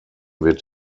wird